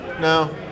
No